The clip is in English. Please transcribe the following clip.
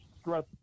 stress